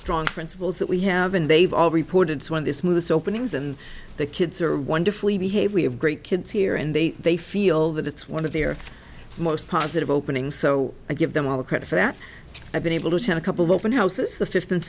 strong principles that we have and they've all reported when this moves openings and the kids are wonderfully behaved we have great kids here and they they feel that it's one of their most positive openings so i give them all the credit for that i've been able to have a couple of open houses the fifth and